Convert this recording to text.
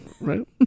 right